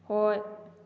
ꯍꯣꯏ